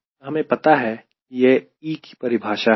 तो हमें पता है कि यह E कि परिभाषा है